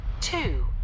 two